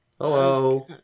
Hello